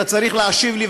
אתה צריך להשיב לי,